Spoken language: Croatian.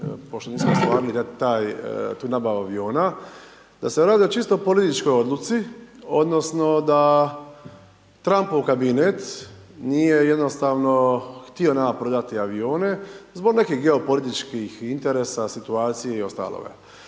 pošto nismo ostvarili taj, tu nabavu aviona da se radi o čisto političkoj odluci odnosno da Trampov kabinet nije jednostavno htio nama prodati avione zbog nekih geopolitičkih interesa, situacija i ostaloga,